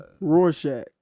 rorschach